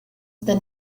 the